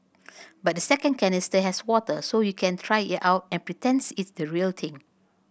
but the second canister has water so you can try it out and pretend it's the real thing